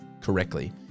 correctly